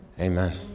Amen